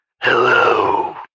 Hello